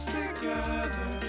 together